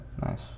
Nice